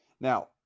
Now